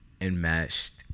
enmeshed